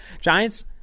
Giants